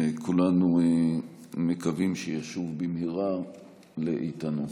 כולנו מקווים שישוב במהרה לאיתנו.